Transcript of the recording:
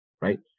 Right